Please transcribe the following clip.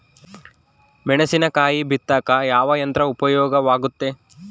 ಮೆಣಸಿನಕಾಯಿ ಬಿತ್ತಾಕ ಯಾವ ಯಂತ್ರ ಉಪಯೋಗವಾಗುತ್ತೆ?